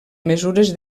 mesures